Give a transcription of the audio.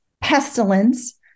pestilence